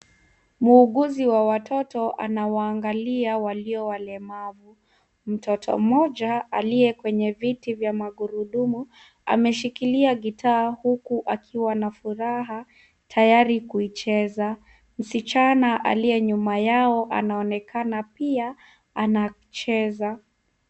Muuguzi wa watoto anawaangalia walio walemavu. Mtoto mmoja aliye kwenye viti vya magurudumu ameshikilia gitaa huku akiwa na furaha tayari kuicheza. Msichana aliye nyuma yao anaonekana pia anacheza.